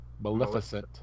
Maleficent